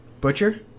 Butcher